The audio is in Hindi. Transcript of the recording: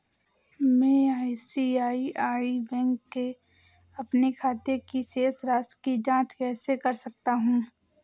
मैं आई.सी.आई.सी.आई बैंक के अपने खाते की शेष राशि की जाँच कैसे कर सकता हूँ?